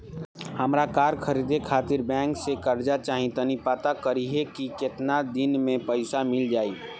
हामरा कार खरीदे खातिर बैंक से कर्जा चाही तनी पाता करिहे की केतना दिन में पईसा मिल जाइ